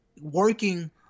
working